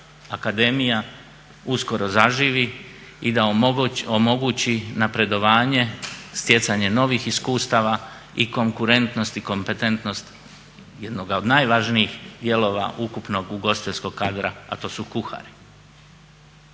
akademija uskoro zaživi i da omogući napredovanje, stjecanje novih iskustava i konkurentnost i kompetentnost jednoga od najvažnijih dijelova ukupnog ugostiteljskog kadra a to su kuhari.